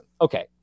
okay